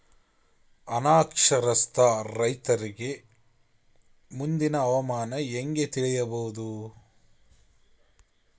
ಅನಕ್ಷರಸ್ಥ ರೈತರಿಗೆ ಮುಂದಿನ ಹವಾಮಾನ ಹೆಂಗೆ ತಿಳಿಯಬಹುದು?